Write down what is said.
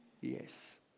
Yes